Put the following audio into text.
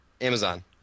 Amazon